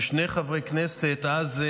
כששני חברי כנסת אז,